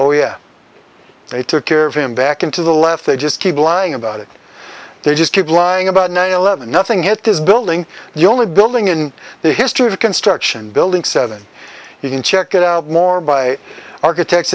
oh yeah they took care of him back into the left they just keep lying about it they just keep lying about nine eleven nothing at this building the only building in the history of construction building seven you can check it out more by architects